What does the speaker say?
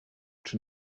czy